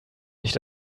nicht